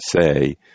say –